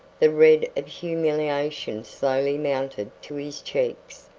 the red of humiliation slowly mounted to his cheeks,